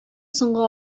соңгы